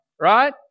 right